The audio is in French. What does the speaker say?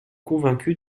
convaincu